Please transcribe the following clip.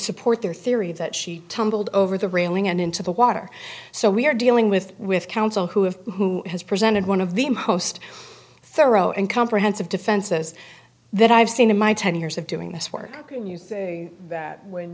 support their theory that she tumbled over the railing and into the water so we're dealing with with counsel who have who has presented one of the most thorough and comprehensive defenses that i've seen in my ten years of doing this work can you say that when